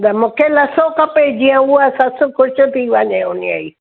त मूंखे लसो खपे जीअं उअ सस ख़ुशि थी वञे हुनजी